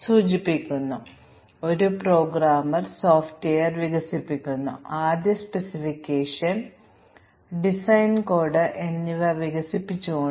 ഒന്നിനെ competent programmer hypothesis എന്നും രണ്ടാമത്തേതിനെ കപ്ലിംഗ് ഇഫക്റ്റ് എന്നും വിളിക്കുന്നു